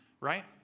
right